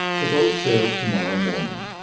the boat sails to-morrow morning.